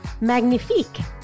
Magnifique